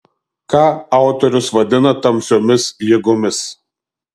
ką autorius vadina tamsiomis jėgomis